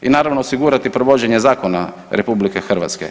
I naravno, osigurati provođenje zakona RH.